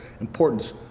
importance